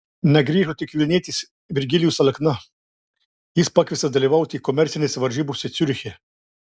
negrįžo tik vilnietis virgilijus alekna jis pakviestas dalyvauti komercinėse varžybose ciuriche